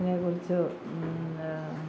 അതിനെക്കുറിച്ച്